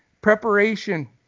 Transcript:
preparation